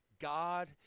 God